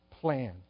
plan